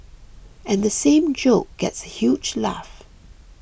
and the same joke gets a huge laugh